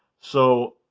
so,